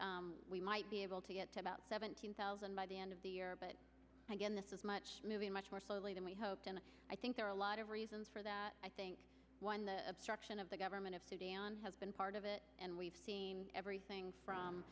think we might be able to get to about seventeen thousand by the end of the year but again this is much much more slowly than we hoped and i think there are a lot of reasons for that i think one the obstruction of the government of sudan has been part of it and we've seen everything from